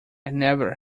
never